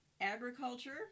agriculture